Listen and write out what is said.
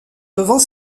devant